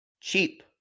cheap